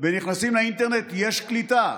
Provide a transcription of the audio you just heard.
ונכנסים לאינטרנט יש קליטה.